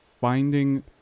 finding